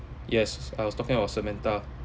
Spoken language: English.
yes s~ I was talking about samantha